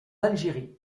algérie